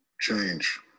change